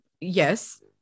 Yes